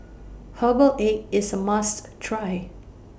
Herbal Egg IS A must Try